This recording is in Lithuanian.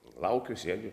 laukiu sėdžiu